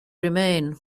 remain